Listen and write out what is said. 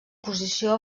posició